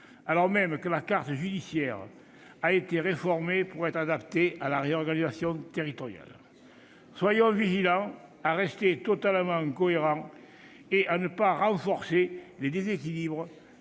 alors même que la carte judiciaire a été réformée pour être adaptée à la réorganisation territoriale. Soyons vigilants à rester totalement cohérents, et à ne pas renforcer les déséquilibres